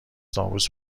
طاووس